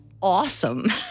Awesome